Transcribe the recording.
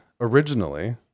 originally